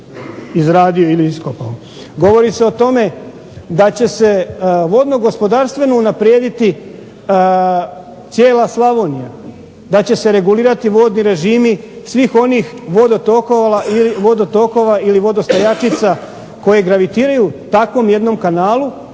Govori se o tome da će se vodno gospodarstveno unaprijediti cijela Slavonija, da će se regulirati vodni režimi svih onih vodotokova ili vodostajačica koje gravitiraju takvom jednom kanalu,